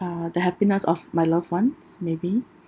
uh the happiness of my loved ones maybe